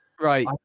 Right